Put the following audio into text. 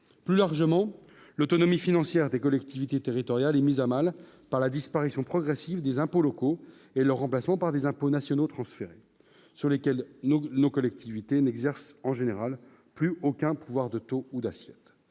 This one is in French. plus largement, l'autonomie financière des collectivités territoriales est mise à mal par la disparition progressive des impôts locaux et leur remplacement par des impôts nationaux transféré sur lesquels nos collectivités n'exerce en général plus aucun pouvoir de taux ou d'actions,